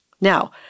Now